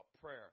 prayer